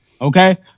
Okay